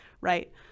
right